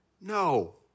no